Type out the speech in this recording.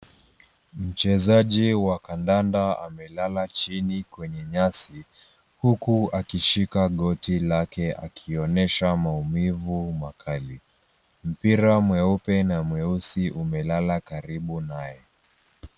Mchezaji wa kandanda amelala chini kwenye nyasi huku akishika goti lake akionyesha maumivu makali. Mpira mweupe na mweusi umelala karibu naye.